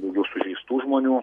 daugiau sužeistų žmonių